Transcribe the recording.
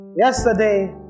Yesterday